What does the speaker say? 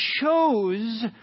chose